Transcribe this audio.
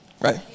right